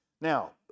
Now